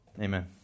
Amen